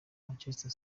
manchester